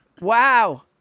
Wow